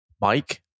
Mike